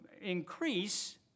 increase